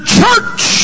church